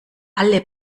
alle